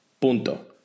Punto